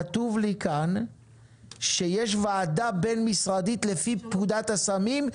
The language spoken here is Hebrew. כתוב לי כאן שיש וועדה בין משרדית לפי פקודת הסמים,